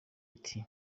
ati